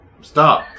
stop